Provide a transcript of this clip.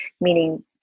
meaning